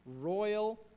Royal